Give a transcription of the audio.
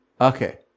Okay